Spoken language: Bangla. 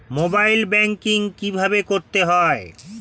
মোবাইল ব্যাঙ্কিং কীভাবে করতে হয়?